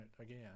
again